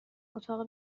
اتاق